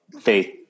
faith